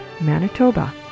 Manitoba